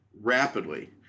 rapidly